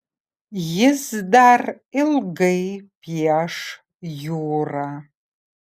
jis dar ilgai pieš jūrą